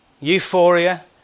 Euphoria